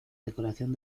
decoración